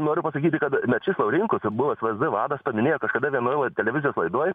noriu pasakyti kad mečys laurinkus buvęs vsd vadas paminėjo kažkada vienoj televizijos laidoj